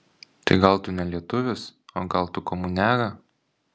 tai gal tu ne lietuvis o gal tu komuniaga